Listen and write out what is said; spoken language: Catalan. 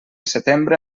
setembre